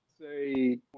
Say